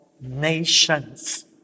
nations